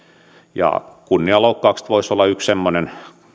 kunnianloukkaukset voisivat olla yksi semmoinen